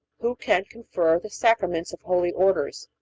who can confer the sacrament of holy orders?